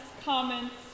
comments